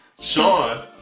Sean